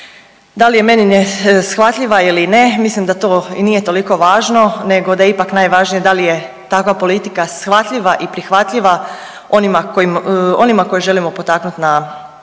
Da li je meni neshvatljiva ili ne mislim da to i nije toliko važno nego da je ipak najvažnije da li je takva politika shvatljiva i prihvatljiva onima koji, onima koje želimo potaknuti na